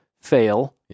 fail